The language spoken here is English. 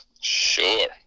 Sure